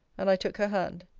and i took her hand.